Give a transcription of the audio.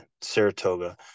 Saratoga